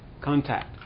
contact